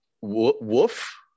woof